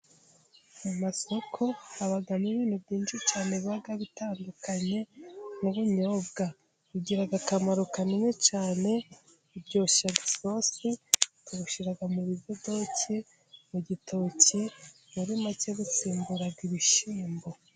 Mu masoko habamo ibintu byinshi cyane biba bitandukanye. Nk'ubunyobwa bugira akamaro kanini cyane, buryoshya isose, babushyira mu bidodoke, mu gitoki. Muri make busimbura ibishyimbo.